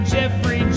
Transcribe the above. Jeffrey